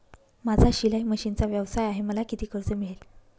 माझा शिलाई मशिनचा व्यवसाय आहे मला किती कर्ज मिळेल?